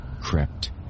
crept